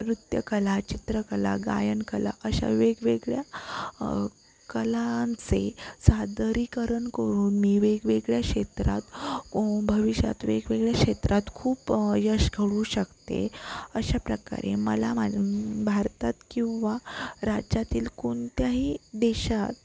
नृत्यकला चित्रकला गायनकला अशा वेगवेगळ्या कलांचे सादरीकरण करून मी वेगवेगळ्या क्षेत्रात भविष्यात वेगवेगळ्या क्षेत्रात खूप यश घडू शकते अशा प्रकारे मला मा भारतात किंवा राज्यातील कोणत्याही देशात